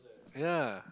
ya